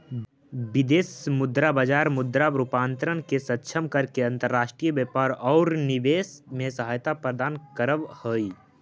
विदेश मुद्रा बाजार मुद्रा रूपांतरण के सक्षम करके अंतर्राष्ट्रीय व्यापार औउर निवेश में सहायता प्रदान करऽ हई